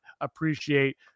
appreciate